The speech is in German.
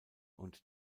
und